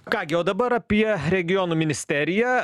ką gi o dabar apie regionų ministeriją